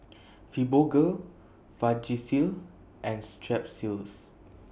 Fibogel Vagisil and Strepsils